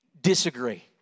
disagree